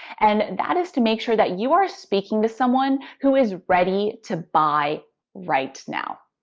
and that is to make sure that you are speaking to someone who is ready to buy right now.